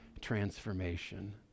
transformation